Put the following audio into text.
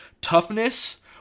toughness